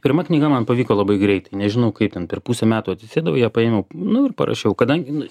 pirma knyga man pavyko labai greitai nežinau kaip ten per pusę metų atsisėdau ją paėmiau nu ir parašiau kadangi nu